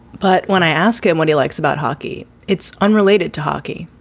but when i ask him what he likes about hockey, it's unrelated to hockey.